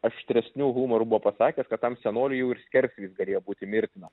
aštresniu humoru buvo pasakęs kad tam senoliui jau ir skersvėjis galėjo būti mirtina